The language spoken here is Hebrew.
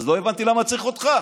אז לא הבנתי למה צריך אותך.